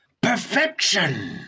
perfection